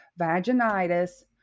vaginitis